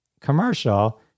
commercial